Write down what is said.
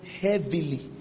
heavily